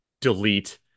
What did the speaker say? delete